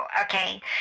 Okay